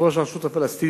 יושב-ראש הרשות הפלסטינית,